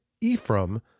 Ephraim